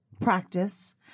practice